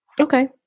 okay